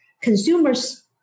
Consumers